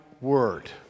word